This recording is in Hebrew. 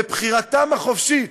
בבחירתם החופשית,